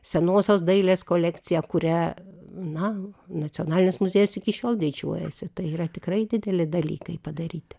senosios dailės kolekciją kuria na nacionalinis muziejus iki šiol didžiuojasi tai yra tikrai dideli dalykai padaryti